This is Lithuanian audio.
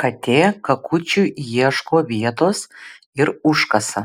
katė kakučiui ieško vietos ir užkasa